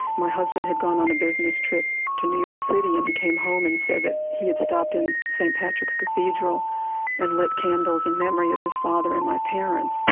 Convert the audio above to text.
my husband had on a business trip to new york city, and he came home and said that he had stopped in st. patrick's cathedral and lit candles in memory of his father and my parents.